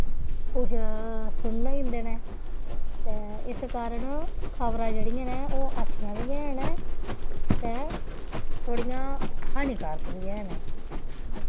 कुछ सुन्न होई जंदे न ते इस कारण खबरां जेह्ड़ियां न ओह् अच्छियां बी है न ते थोह्ड़ियां हानिकारक बी है न